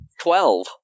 twelve